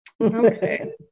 Okay